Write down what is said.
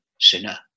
sinner